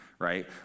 Right